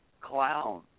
clown